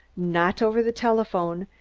not over the telephone,